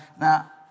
now